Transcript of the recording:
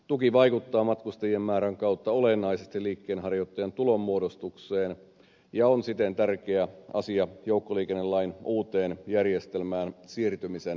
tuki vaikuttaa matkustajien määrän kautta olennaisesti liikkeenharjoittajan tulonmuodostukseen ja on siten tärkeä asia joukkoliikennelain uuteen järjestelmään siirtymisen kannalta